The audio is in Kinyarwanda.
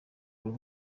uru